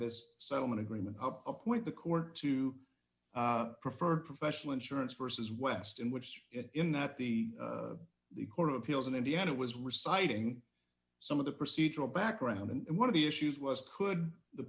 this settlement agreement appoint the court to prefer professional insurance versus west in which in that the the court of appeals in indiana was reciting some of the procedural background and one of the issues was could the